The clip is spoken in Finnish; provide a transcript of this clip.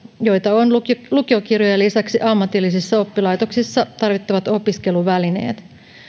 joita on lukiokirjojen lisäksi ammatillisissa oppilaitoksissa tarvittavat opiskeluvälineet